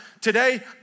today